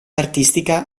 artistica